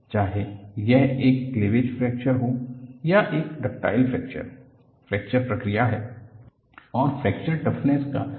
चाहे यह एक क्लीवेज फ्रैक्चर हो या एक डक्टाइल फ्रैक्चर हो फ्रैक्चर प्रक्रिया है और फ्रैक्चर टफनेस का माप भी है